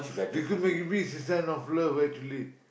because maggi-mee is a sign of love actually